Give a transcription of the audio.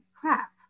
crap